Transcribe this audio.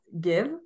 give